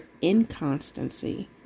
inconstancy